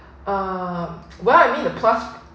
uh well I mean